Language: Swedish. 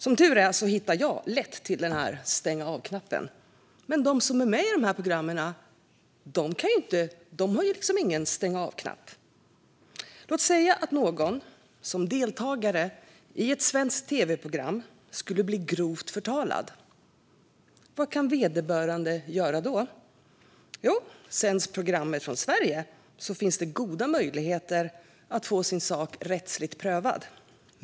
Som tur är hittar jag lätt till stänga-av-knappen, men de som är med i de här programmen har liksom ingen stänga-av-knapp. Låt säga att någon som deltar i ett svenskt tv-program skulle bli grovt förtalad. Vad kan vederbörande göra då? Jo, om programmet sänds från Sverige finns det goda möjligheter att få sin sak rättsligt prövad.